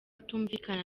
atumvikana